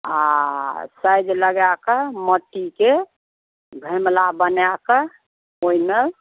आओर साइड लगाकऽ मट्टीके गमला बनाकऽ ओहिमे